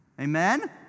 Amen